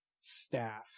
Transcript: staff